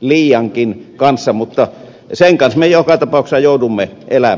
liiankin kanssa mutta sen kanssa me joka tapauksessa joudumme elämään